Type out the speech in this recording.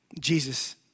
Jesus